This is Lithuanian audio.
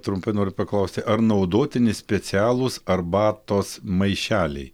trumpai noriu paklausti ar naudotini specialūs arbatos maišeliai